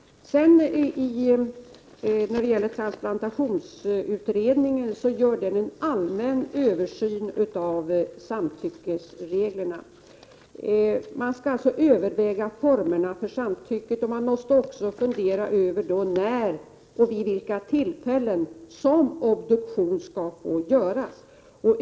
Transplantationsutredningen gör en allmän översyn av samtyckesreglerna. Man skall alltså överväga formerna för samtycket, och man kommer också att fundera över vid vilka tillfällen obduktion kan få göras.